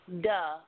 Duh